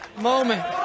moment